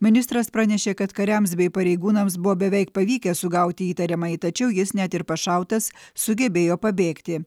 ministras pranešė kad kariams bei pareigūnams buvo beveik pavykę sugauti įtariamąjį tačiau jis net ir pašautas sugebėjo pabėgti